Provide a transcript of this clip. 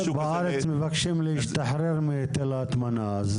--- בארץ מבקשים להשתחרר מהיטל ההטמנה.